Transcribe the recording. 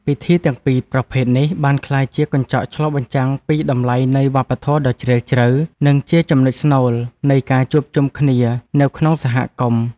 ពិធីទាំងពីរប្រភេទនេះបានក្លាយជាកញ្ចក់ឆ្លុះបញ្ចាំងពីតម្លៃនៃវប្បធម៌ដ៏ជ្រាលជ្រៅ និងជាចំណុចស្នូលនៃការជួបជុំគ្នានៅក្នុងសហគមន៍។